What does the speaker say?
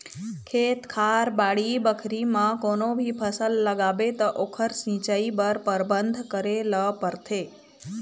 खेत खार, बाड़ी बखरी म कोनो भी फसल लगाबे त ओखर सिंचई बर परबंध करे ल परथे